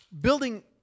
building